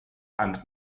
and